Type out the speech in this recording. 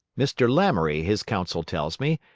mr. lamoury, his counsel tells me,